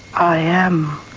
i am.